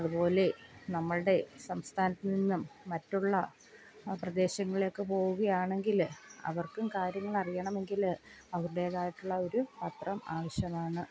അതുപോലെ നമ്മളുടെ സംസ്ഥാനത്ത് നിന്നും മറ്റുള്ള പ്രദേശങ്ങൾലേക്ക് പോകുകയാണെങ്കിൽ അവർക്കും കാര്യങ്ങളറിയണമെങ്കിൽ അവരുടേതായിട്ടുള്ള ഒരു പത്രം ആവശ്യമാണ്